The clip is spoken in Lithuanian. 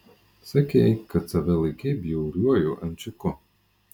sakei kad save laikei bjauriuoju ančiuku